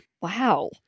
Wow